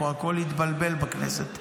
פה הכול התבלבל בכנסת.